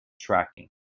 tracking